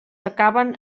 acaben